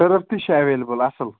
service تہِ چھِ available اَصٕل